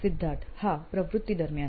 સિદ્ધાર્થ હા પ્રવૃત્તિ દરમિયાન